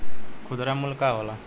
खुदरा मूल्य का होला?